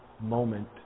moment